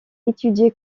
étudié